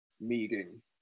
meeting